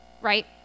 right